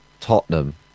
Tottenham